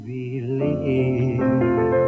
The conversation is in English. believe